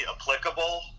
applicable